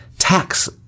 tax